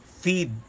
Feed